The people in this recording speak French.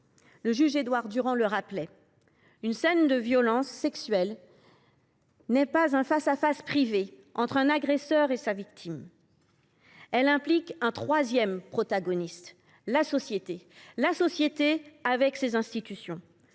Le juge Édouard Durand le rappelait : une scène de violence sexuelle n’est pas un face à face privé entre une victime et un agresseur ; elle implique un troisième protagoniste, à savoir la société, avec ses institutions.